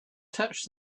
touched